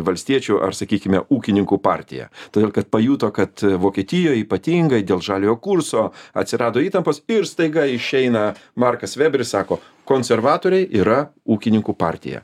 valstiečių ar sakykime ūkininkų partija todėl kad pajuto kad vokietijoj ypatingai dėl žaliojo kurso atsirado įtampos ir staiga išeina markas veberis sako konservatoriai yra ūkininkų partija